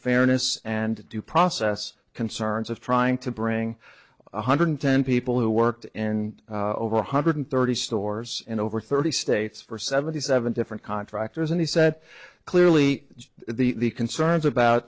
fairness and due process concerns of trying to bring one hundred ten people who worked in over one hundred thirty stores in over thirty states for seventy seven different contractors and he said clearly the concerns about